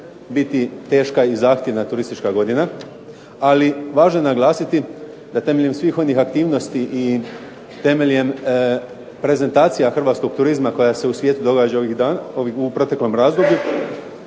biti teška i zahtjevna turistička godina, ali važno je naglasiti da temeljem svih onih aktivnosti i temeljem prezentacija hrvatskog turizma koja se u svijetu događa u proteklom razdoblju